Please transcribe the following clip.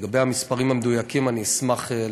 לגבי המספרים המדויקים, אני אשמח להעביר.